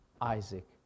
Isaac